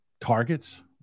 targets